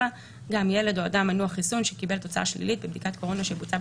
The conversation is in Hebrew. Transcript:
גם ילד או אדם מנוע חיסון שקיבל תוצאה שלילית בבדיקת קורונה שבוצעה